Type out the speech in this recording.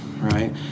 Right